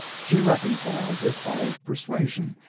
she reconciles it by persuasion,